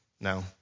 No